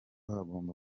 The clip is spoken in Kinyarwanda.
hagomba